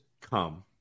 come